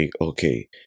okay